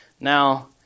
Now